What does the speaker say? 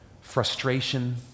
frustration